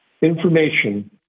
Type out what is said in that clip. information